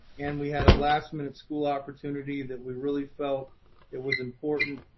and we had a last minute school opportunity that we really felt it was important,